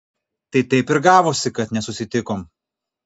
tai taip ir gavosi kad nesusitikom